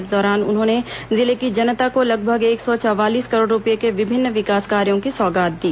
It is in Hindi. इस दौरान उन्होंने जिले की जनता को लगभग एक सौ चवालीस करोड़ रूपए के विभिन्न विकास कार्यों की सौगात दी